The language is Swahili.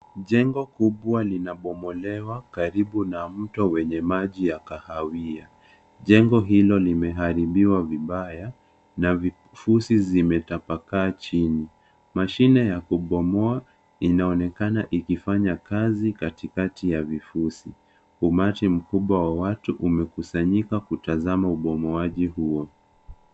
Jengo kubwa linabomolewa karibu na mto wenye maji ya kahawia. Jengo hilo limeaharibiwa vibaya na vifusi zimetapakaa chini. Mashine ya kubomoa inaonekana ikifanya kazi katikati ya vifusi. Umati mkubwa wa watu umekusanyika kutazama ubomoaji huo.